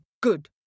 good